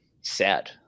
sad